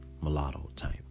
mulatto-type